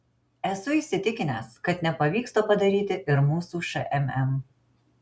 esu įsitikinęs kad nepavyks to padaryti ir mūsų šmm